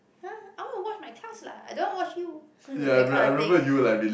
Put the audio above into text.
!huh! I want to watch my class lah I don't want watch you that kind of thing